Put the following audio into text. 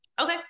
Okay